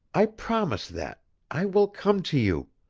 i promise that i will come to you.